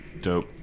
Dope